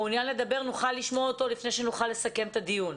נוכל לשמוע אותו לפני שנסכם את הדיון.